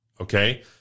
okay